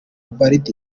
ubald